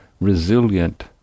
resilient